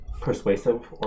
persuasive